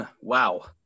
Wow